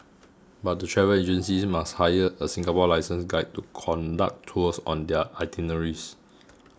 but the travel agencies must hire a Singapore licensed guide to conduct tours on their itineraries